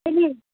अहिले